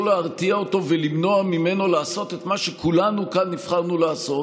להרתיע אותו ולמנוע ממנו לעשות את מה שכולנו כאן נבחרנו לעשות: